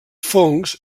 fongs